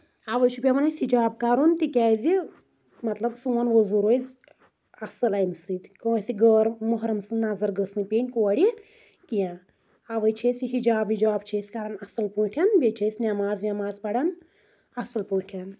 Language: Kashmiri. اَوے چھُ پؠوَان أسۍ ہِجاب کَرُن تِکیازِ مطلب سون وضو روزِ اَصٕل اَمہِ سۭتۍ کٲنٛسہِ گٲرموحرم سٕنٛز نظر گٔژھ نہٕ پیٚنۍ کورِ کینٛہہ اَوَے چھِ أسۍ یہِ ہِجاب وِجاب چھِ أسۍ کَرَان اَصٕل پٲٹھۍ بیٚیہِ چھِ أسۍ نؠماز وؠماز پران اَصٕل پٲٹھۍ